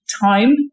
time